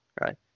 Right